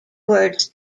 words